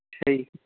ਅੱਛਾ ਜੀ